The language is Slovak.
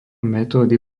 metódy